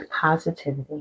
positivity